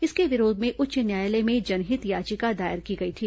इसके विरोध में उच्च न्यायालय में जनहित याचिका दायर की गई थी